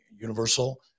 Universal